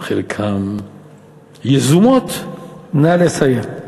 חלקן יזומות, נא לסיים.